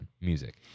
music